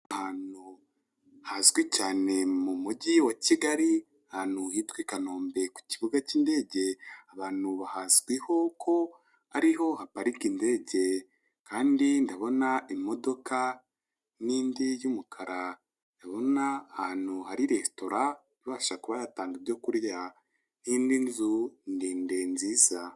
Ahantu hazwi cyane mu mujyi wa kigali ahantutu hitwa I Kanombe ku kibuga cy'indege ahantu hazwiho ko ariho haparika indege kandi ndabona imodoka n'indi y'umukara nkabona ahantu hari resitora ibasha kuba yatanga ibyo kurya n'indi nzu ndende nziza .